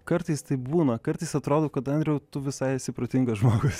kartais taip būna kartais atrodo kad andriau tu visai esi protingas žmogus